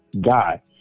guy